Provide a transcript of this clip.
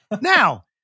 Now